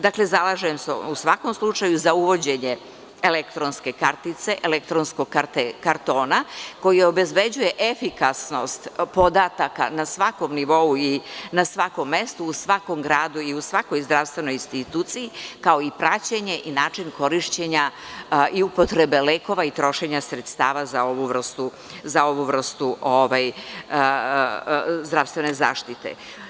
Dakle, zalažem se u svakom slučaju za uvođenje elektronske kartice, elektronskog kartona koji obezbeđuje efikasnost podataka na svakom nivou i na svakom mestu, u svakom gradu i u svakoj zdravstvenoj instituciji, kao i praćenje i način korišćenja i upotrebe lekova i trošenja sredstava za ovu vrstu zdravstvene zaštite.